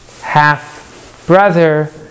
half-brother